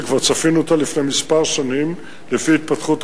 שכבר צפינו אותה לפני כמה שנים לפי התפתחות האוכלוסייה,